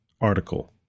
article